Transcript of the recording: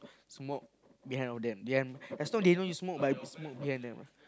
smoke behind of them them as long they don't know you smoke smoke behind them